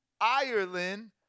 Ireland